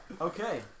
Okay